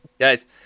Guys